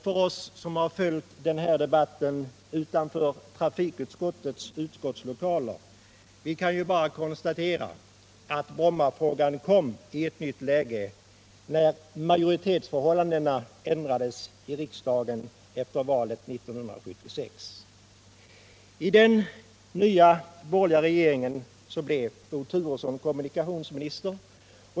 Vi som följt den här debatten utanför trafikutskottets utskottslokaler kan bara konstatera att Brommafrågan kom i ett nytt läge när majoritetsförhållandena ändrades i riksdagen efter valet 1976. I den nya borgerliga regeringen blev Bo Turesson kommunikationsminister.